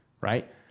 Right